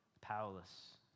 powerless